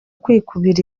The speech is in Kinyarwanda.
kwikubira